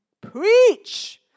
preach